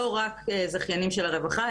לא רק זכיינים של הרווחה,